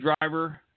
driver